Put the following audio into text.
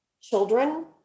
children